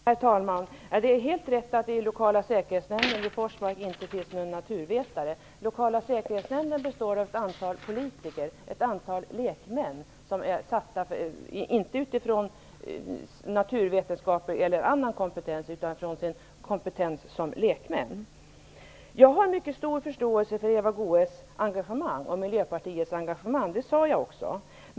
Herr talman! Det är helt rätt att det i lokala säkerhetsnämnden vid Forsmark inte finns någon naturvetare. Lokala säkerhetsnämnden består av ett antal politiker. Det är ett antal lekmän som är tillsatta inte utifrån naturvetenskaplig eller annan kompetens, utan utifrån sin kompetens som lekmän. Jag har mycket stor förståelse för Eva Goës och Miljöpartiets engagemang. Det sade jag också.